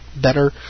better